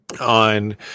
on